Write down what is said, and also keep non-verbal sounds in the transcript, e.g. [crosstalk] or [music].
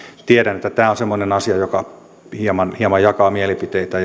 tiedän että tämä on semmoinen asia joka hieman hieman jakaa mielipiteitä [unintelligible]